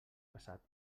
passat